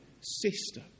sister